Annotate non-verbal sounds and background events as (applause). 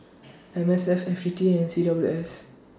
(noise) M S F F A T and C W S